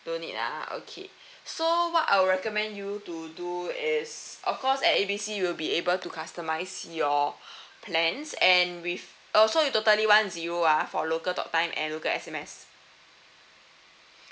don't need ah okay so what I'll recommend you to do is of course at A B C we'll be able to customise your plans and with oh so you totally want zero ah for local talktime and local S_M_S